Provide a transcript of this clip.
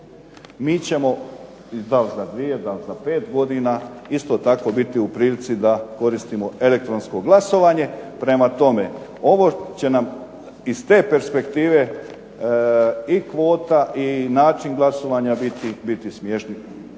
Mi ćemo, dal za 2, dal za 5 godina, isto tako biti u prilici da koristimo elektronsko glasovanje. Prema tome ovo će nam iz te perspektive i kvota i način glasovanja biti smiješni.